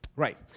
Right